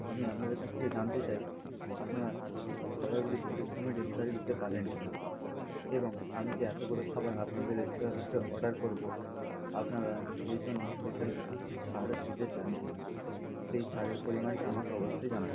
আমি আপনাদের কাছ থেকে জানতে চাই আপনারা যদি স খাবারগুলি সঠিক সময়ে ডেলিভারি দিতে পারবেন কিনা এবং আমি যে এতোগুলো খাবার আপনাদের রেস্তোরাঁ থেকে অর্ডার করবো আপনারা এর জন্য স্পেশাল কিছু ছাড় দিতে চান কিনা সেই ছাড়ের পরিমাণটা আমাকে অবশ্যই জানাবেন